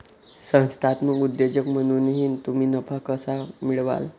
संस्थात्मक उद्योजक म्हणून तुम्ही नफा कसा मिळवाल?